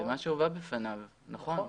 נכון.